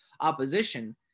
opposition